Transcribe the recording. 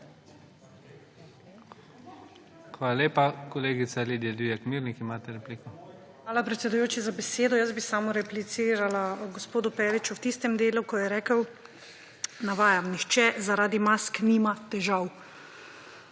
Hvala, predsedujoči, za besedo. Jaz bi samo replicirala gospodu Periču v istem delu, ko je rekel, navajam, »nihče zaradi mask nima težav«.